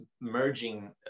merging